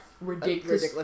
ridiculous